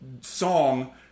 song